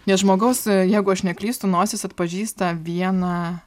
nes žmogaus jeigu aš neklystu nosis atpažįsta vieną